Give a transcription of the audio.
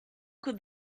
could